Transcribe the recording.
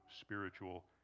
spiritual